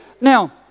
Now